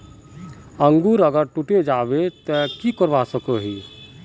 अंकूर अगर टूटे जाबे ते की करवा सकोहो ही?